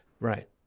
Right